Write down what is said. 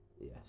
Yes